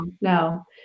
No